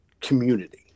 community